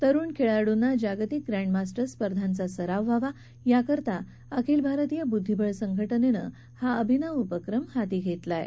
तरुण खेळाडूंना जागतिक ग्रँडमास्टर्स स्पर्धांचा सराव व्हावा याकरता अखिल भारतीय बुद्धिबळ संघटनेनं हा अभिनव उपक्रम हाती घेतला आहे